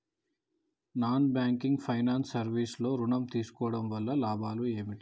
Non banking finance service లో ఋణం తీసుకోవడం వల్ల లాభాలు ఏమిటి?